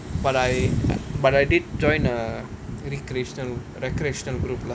but I but I did join a recreation recreational group lah